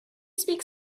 speak